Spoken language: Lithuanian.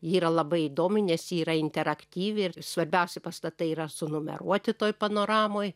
ji yra labai įdomi nes ji yra interaktyvi ir svarbiausi pastatai yra sunumeruoti toj panoramoj